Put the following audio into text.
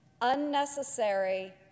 unnecessary